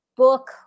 Book